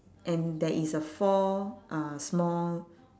and there is a four uh small